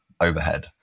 overhead